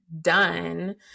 done